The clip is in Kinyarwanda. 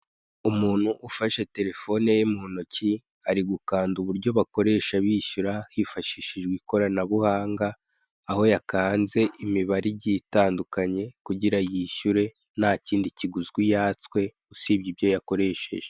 Umuntu ufashe telefone ye mu ntoki, ari gukanda uburyo bakoresha bishyura, hifashishije ikoranabuhanga, aho yakanze imibare igiye itandukanye kugira yishyure ntakindi kiguzwi yatswe usibye ibyo yakoresheje.